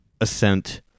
Ascent